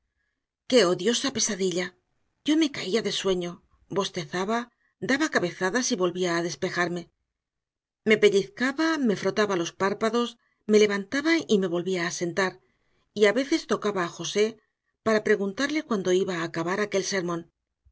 qué odiosa pesadilla yo me caía de sueño bostezaba daba cabezadas y volvía a despejarme me pellizcaba me frotaba los párpados me levantaba y me volvía a sentar y a veces tocaba a josé para preguntarle cuándo iba a acabar aquel sermón